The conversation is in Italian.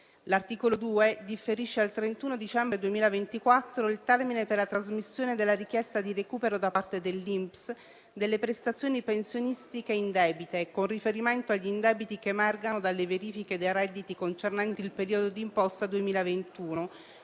L'articolo 2 differisce al 31 dicembre 2024 il termine per la trasmissione della richiesta di recupero da parte dell'INPS delle prestazioni pensionistiche indebite, con riferimento agli indebiti che emergano dalle verifiche dei redditi concernenti il periodo di imposta 2021,